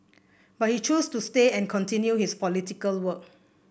but he chose to stay and continue his political work